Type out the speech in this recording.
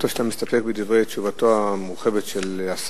אין לי לא תשובה מסוג "אנחנו